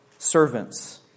servants